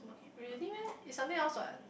okay really meh it's something else what